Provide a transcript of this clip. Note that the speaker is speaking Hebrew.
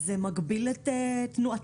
זה מגביל את תנועתה.